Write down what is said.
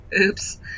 oops